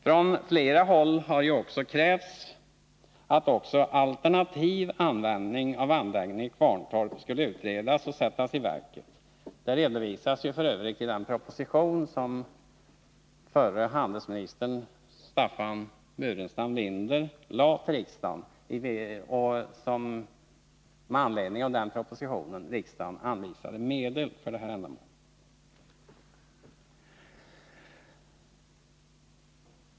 Från flera håll har det krävts att också alternativ användning av anläggningen i Kvarntorp skulle utredas och sättas i verket. Det redovisades f. ö. i den proposition som förre handelsministern Staffan Burenstam Linder lade fram för riksdagen. Med anledning av den propositionen anvisade ju riksdagen medel för detta ändamål.